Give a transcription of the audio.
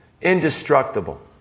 indestructible